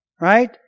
right